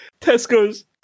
Tesco's